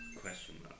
Question